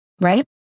right